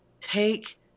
take